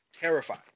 terrified